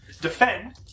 defend